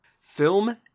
Film